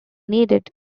needed